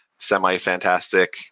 semi-fantastic